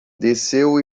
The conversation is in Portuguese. desceu